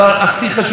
לכבד,